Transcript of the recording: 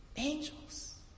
angels